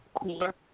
cooler